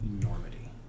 enormity